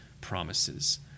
promises